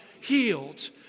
Healed